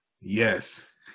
Yes